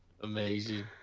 Amazing